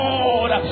Lord